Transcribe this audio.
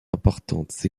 importantes